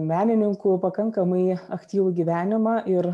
menininkų pakankamai aktyvų gyvenimą ir